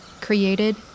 Created